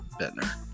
Bettner